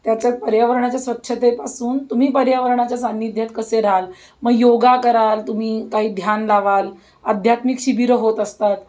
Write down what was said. त्याच्यात पर्यावरणाच्या स्वच्छतेपासून तुम्ही पर्यावरणाच्या सान्निध्यात कसे राहाल मग योग कराल तुम्ही काही ध्यान लावाल आध्यात्मिक शिबिरं होत असतात